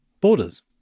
borders